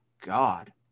God